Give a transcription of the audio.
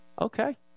Okay